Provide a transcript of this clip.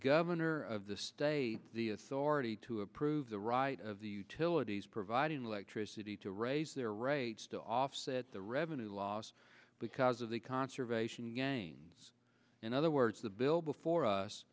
governor of the state the authority to approve the right of the utilities providing like tricity to raise their rates to offset the revenue loss because of the conservation gains in other words the bill before us